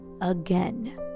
again